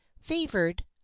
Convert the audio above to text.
Favored